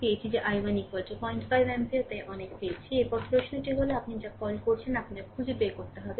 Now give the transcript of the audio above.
পেয়েছি যে i1 05 ampere তাই অনেক পেয়েছি এরপরে এটি হল আপনি যা কল করেছেন তা আপনাকে খুঁজে বের করতে হবে